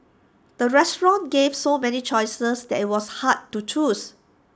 the restaurant gave so many choices that IT was hard to choose